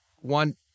one